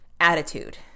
attitude